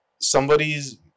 somebody's